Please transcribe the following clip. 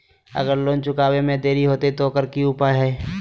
अगर लोन चुकावे में देरी होते तो ओकर की उपाय है?